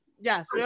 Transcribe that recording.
Yes